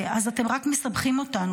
אז אתם רק מסבכים אותנו.